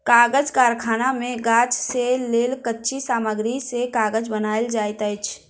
कागज़ कारखाना मे गाछ से लेल कच्ची सामग्री से कागज़ बनायल जाइत अछि